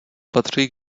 patří